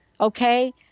Okay